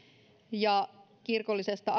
ja kirkollisesta